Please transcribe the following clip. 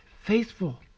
faithful